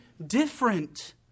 different